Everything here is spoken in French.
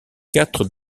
quatre